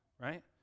right